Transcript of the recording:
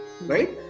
right